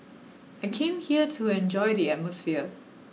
I came here to enjoy the atmosphere